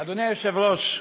אדוני היושב-ראש,